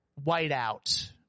whiteout